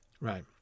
right